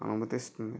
అనుమతిస్తుంది